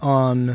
on